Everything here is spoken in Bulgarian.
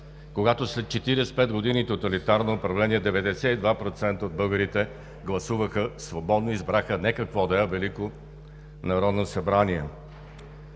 когато след 45 години тоталитарно управление 92% от българите гласуваха свободно и избраха не какво да е, а Велико народно събрание.